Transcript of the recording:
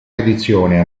edizione